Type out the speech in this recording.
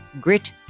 Grit